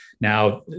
Now